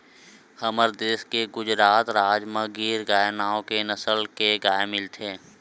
हमर देस के गुजरात राज म गीर गाय नांव के नसल के गाय मिलथे